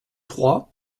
trois